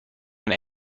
and